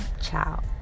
Ciao